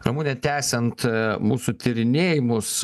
ramune tęsiant mūsų tyrinėjimus